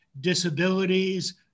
disabilities